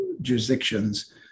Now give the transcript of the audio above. jurisdictions